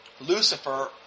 Lucifer